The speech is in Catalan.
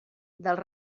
dels